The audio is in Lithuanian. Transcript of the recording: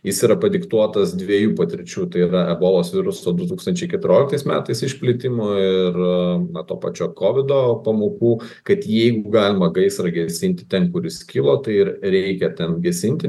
jis yra padiktuotas dviejų patirčių tai yra ebolos viruso du tūkstančiai keturioliktais metais išplitimo ir na to pačio kovido pamokų kad jeigu galima gaisrą gesinti ten kur jis kilo tai ir reikia ten gesinti